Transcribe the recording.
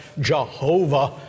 Jehovah